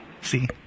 See